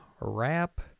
wrap